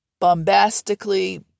bombastically